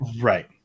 Right